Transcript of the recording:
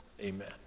amen